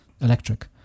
electric